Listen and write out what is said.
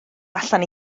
allan